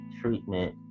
treatment